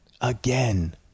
again